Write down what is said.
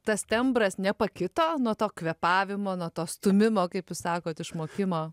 tas tembras nepakito nuo to kvėpavimo nuo to stūmimo kaip jūs sakot išmokimo